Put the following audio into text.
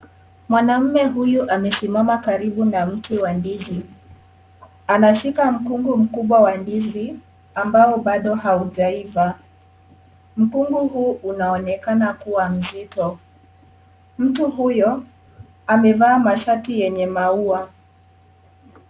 Mwanaume huyu amesimama karibu na miti wa ndizi anashika mkungu mkubwa wa ndizi ambao bado haujaiva mkungu huu unaonekana kuwa nzito mtu huyo amevaa mashati yenye maua